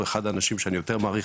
הוא אחד האנשים שאני יותר מעריך